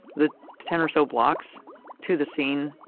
the ten or so blocks to the scene.